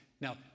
Now